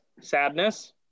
sadness